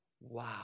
Wow